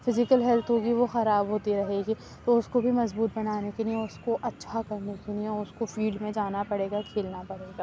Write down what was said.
physical health ہوگی وہ خراب ہوتی رہے گی تو اس کو بھی مضبوط بنانے کے لیے اس کو اچھا کرنے کے لیے اس کو فیلڈ میں جانا پڑے گا کھیلنا پڑے گا